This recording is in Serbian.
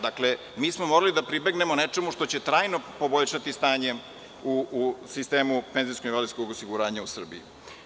Dakle, mi smo morali da pribegnemo nečemu što će trajno poboljšati stanje u sistemu penzijsko-invalidskog osiguranja u Srbiji.